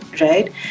right